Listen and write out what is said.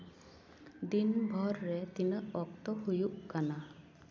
ᱫᱤᱱᱵᱷᱚᱨ ᱨᱮ ᱛᱤᱱᱟᱹᱜ ᱚᱠᱛᱚ ᱦᱩᱭᱩᱜ ᱠᱟᱱᱟ